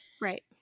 Right